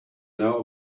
know